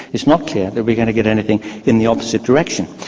it's not clear that we are going to get anything in the opposite direction.